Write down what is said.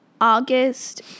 August